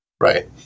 right